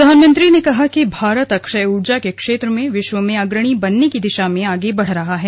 प्रधानमंत्री ने कहा कि भारत अक्षय ऊर्जा के क्षेत्र में विश्व में अग्रणी बनने की दिशा में आगे बढ़ रहा है